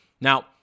Now